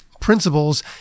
Principles